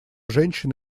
женщин